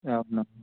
అవునా